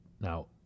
Now